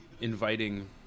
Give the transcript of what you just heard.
inviting